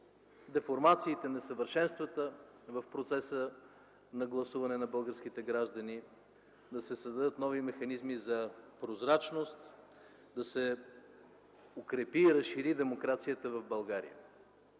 деформациите, несъвършенствата в процеса на гласуване на българските граждани, да се създадат нови механизми за прозрачност, да се укрепи и разшири демокрацията в България.